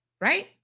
right